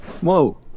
Whoa